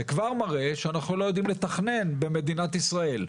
זה כבר מראה שאנחנו לא יודעים לתכנן במדינת ישראל.